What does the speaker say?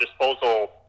disposal